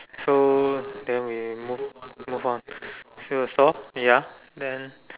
so then we move move on to solve ya then